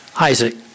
Isaac